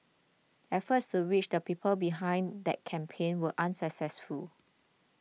efforts to reach the people behind that campaign were unsuccessful